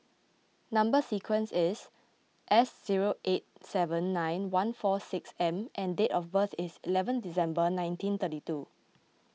Number Sequence is S zero eight seven nine one four six M and date of birth is eleven December nineteen thirty two